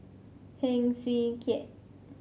Heng Swee Keat